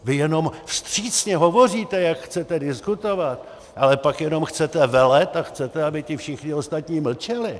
Vy jenom vstřícně hovoříte, jak chcete diskutovat, ale pak jenom chcete velet a chcete, aby ti všichni ostatní mlčeli.